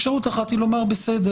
אפשרות אחת היא לומר בסדר,